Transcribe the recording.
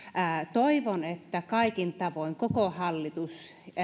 toivon että kaikin tavoin koko hallitus